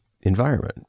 environment